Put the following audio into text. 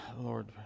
Lord